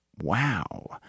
wow